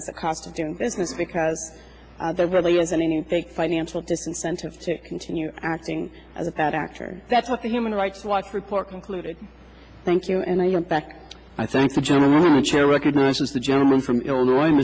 at the cost of doing business because there really isn't any fake financial disincentive to continue acting as a bad actor that's what the human rights watch report concluded thank you and i went back i think the general chair recognizes the gentleman from illinois